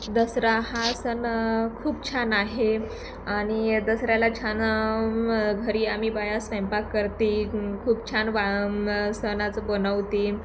दसरा हा सण खूप छान आहे आणि दसऱ्याला छान घरी आम्ही बाया स्वयंपाक करते खूप छान वा सणाचं बनवते